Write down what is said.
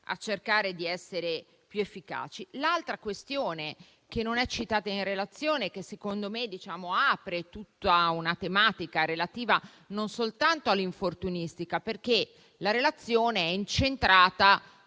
a cercare di essere più efficaci. L'altra questione, che non è citata nella relazione - a mio avviso - apre tutta una tematica relativa non soltanto all'infortunistica. La relazione infatti